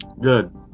good